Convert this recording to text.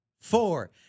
four